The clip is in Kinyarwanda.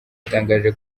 yatangaje